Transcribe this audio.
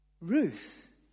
Ruth